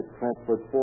transferred